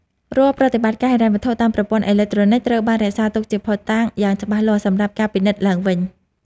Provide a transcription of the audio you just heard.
រាល់ប្រតិបត្តិការហិរញ្ញវត្ថុតាមប្រព័ន្ធអេឡិចត្រូនិកត្រូវបានរក្សាទុកជាភស្តតាងយ៉ាងច្បាស់លាស់សម្រាប់ការពិនិត្យឡើងវិញ។